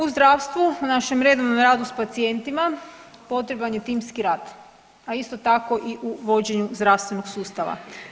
U zdravstvu našem redovnom radu s pacijentima potreban je timski rad, a isto tako i u vođenju zdravstvenog sustava.